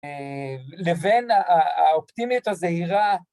לבין האופטימית הזהירה